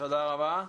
תודה רבה.